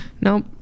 Nope